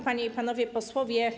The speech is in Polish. Panie i Panowie Posłowie!